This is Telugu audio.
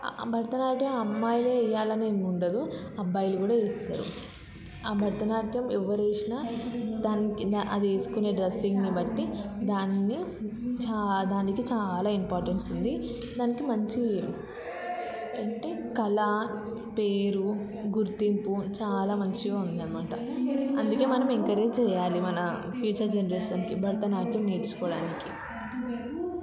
భరతనాట్యం అమ్మాయిలే వేయాలి అని ఏమి ఉండదు అబ్బాయిలు కూడా వేస్తారు ఆ భరతనాట్యం ఎవరు వేసిన దానికి అది వేసుకునే డ్రెస్సింగ్ని బట్టి దాన్ని చాలా దానికి చాలా ఇంపార్టెన్స్ ఉంది దానికి మంచి అంటే కళ పేరు గుర్తింపు చాలా మంచిగా ఉంది అన్నమాట అందుకే మనం ఎంకరేజ్ చేయాలి మన ఫ్యూచర్ జనరేషన్కి భరతనాట్యం నేర్చుకోవడానికి